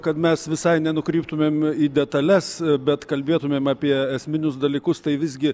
kad mes visai nenukryptumėm į detales bet kalbėtumėm apie esminius dalykus tai visgi